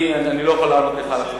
אני לא יכול לענות לך על השאלה הזאת.